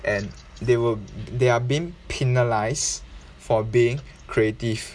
and they will they are being penalised for being creative